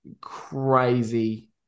crazy